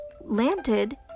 landed